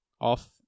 off